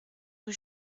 rue